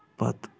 پتہٕ